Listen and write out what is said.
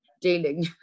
dealing